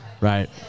Right